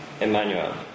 Emmanuel